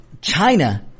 China